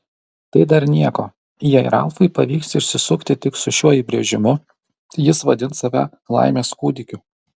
tai dar nieko jei ralfui pavyks išsisukti tik su šiuo įbrėžimu jis vadins save laimės kūdikiu